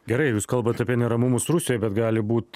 gerai jūs kalbat apie neramumus rusijoj bet gali būt